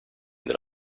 that